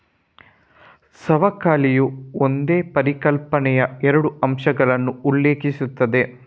ಸವಕಳಿಯು ಒಂದೇ ಪರಿಕಲ್ಪನೆಯ ಎರಡು ಅಂಶಗಳನ್ನು ಉಲ್ಲೇಖಿಸುತ್ತದೆ